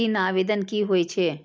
ऋण आवेदन की होय छै?